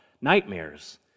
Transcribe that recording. nightmares